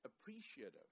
appreciative